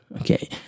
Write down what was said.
okay